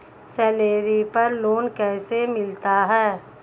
Salary पर loan कैसे मिलता है?